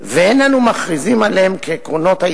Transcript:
ואין אנו מכריזים עליהם כעקרונות של